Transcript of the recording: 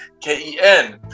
K-E-N